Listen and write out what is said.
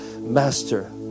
Master